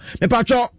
mepacho